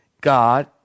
God